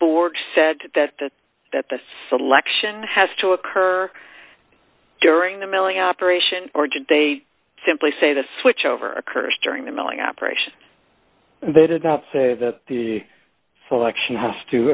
board said that the that the selection has to occur during the milling operation or did they simply say the switch over occurs during the milling operation and they did not say that the selection has to